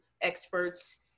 experts